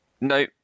no